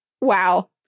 Wow